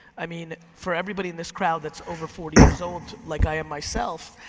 i mean for everybody in this crowd that's over forty years old, like i am myself,